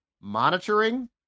monitoring